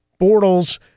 Bortles